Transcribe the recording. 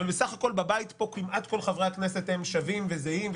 אבל בסך הכול בבית פה כמעט כל חברי הכנסת שווים וזהים,